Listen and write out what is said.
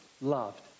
loved